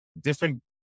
different